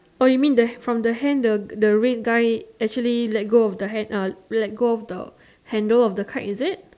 oh you mean there from the hand the the red guy actually let go of the hand uh let go of the handle of the kite is it